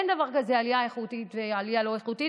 אין דבר כזה עלייה איכותית ועלייה לא איכותית.